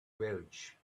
welch